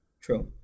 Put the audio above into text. True